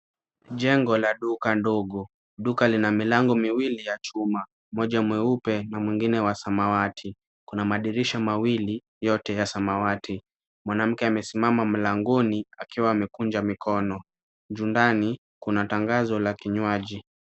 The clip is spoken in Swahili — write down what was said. Jengo la duka ndogo. Duka lina milango miwili ya chuma, moja mweupe na mwingine wa samawati kuna madirisha mawili yote ya samawati. Mwanamke amesimama mlangoni akiwa amekunja mikono juu ndani kuna tangazo la kinywaji.